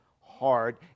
hard